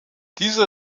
diese